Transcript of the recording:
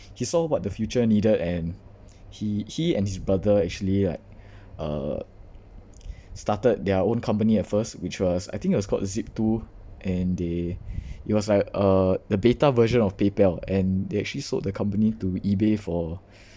he saw what the future needed and he he and his brother actually like uh started their own company at first which was I think it was called ziptwo and they it was like uh the beta version of paypal and they actually sold the company to ebay for